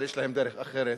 אבל יש להם דרך אחרת,